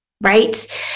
Right